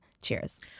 cheers